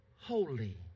holy